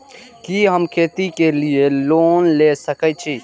कि हम खेती के लिऐ लोन ले सके छी?